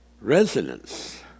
resonance